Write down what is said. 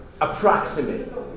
approximate